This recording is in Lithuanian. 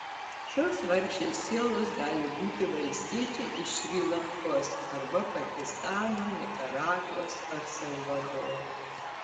šios vargšės sielos gali būti valstiečiai iš šri lankos arba pakistano nikaragvos ar salvadoro